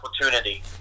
opportunity